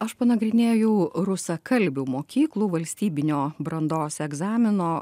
aš panagrinėjau rusakalbių mokyklų valstybinio brandos egzamino